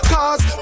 Cause